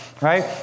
right